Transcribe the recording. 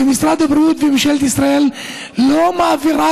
ומשרד הבריאות וממשלת ישראל לא מעבירים